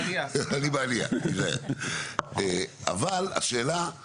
אבל השאלה היא